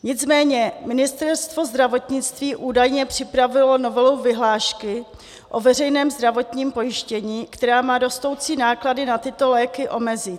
Nicméně Ministerstvo zdravotnictví údajně připravilo novelu vyhlášky o veřejném zdravotním pojištění, která má rostoucí náklady na tyto léky omezit.